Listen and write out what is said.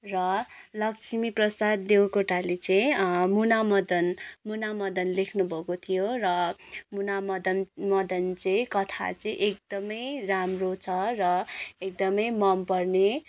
र लक्ष्मीप्रसाद देवकोटाले चाहिँ मुनामदन मुनामदन लेख्नु भएको थियो र मुनामदन मदन चाहिँ कथा चाहिँ एकदमै राम्रो छ र एकदमै मनपर्ने